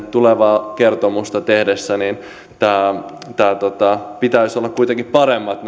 tulevaa kertomusta tehtäessä näiden tulosten pitäisi olla kuitenkin paremmat